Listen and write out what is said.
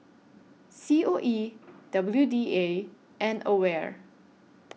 C O E W D A and AWARE